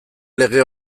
lege